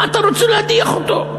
מה אתה רוצה להדיח אותו?